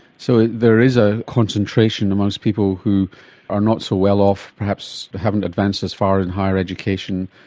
so there is a concentration amongst people who are not so well off, perhaps haven't advanced as far in higher education,